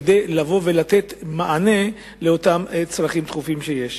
כדי לתת מענה לאותם צרכים דחופים שיש.